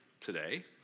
today